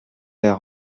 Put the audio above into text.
les